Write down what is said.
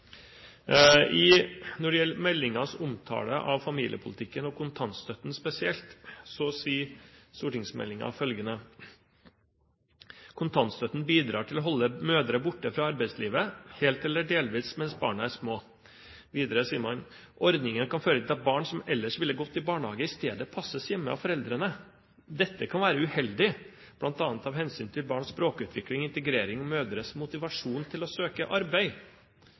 selvstyre. Når det gjelder meldingens omtale av familiepolitikken, og kontantstøtten spesielt, sier stortingsmeldingen følgende: «Kontantstøtten bidrar til å holde mødre borte fra arbeidslivet mens barna er små.» Videre sier man: «Ordningen kan føre til at barn som ellers ville gått i barnehage, i stedet passes hjemme av foreldrene. Dette kan være uheldig, blant annet av hensyn til barns språkutvikling og integrering og mødres motivasjon til å søke arbeid.»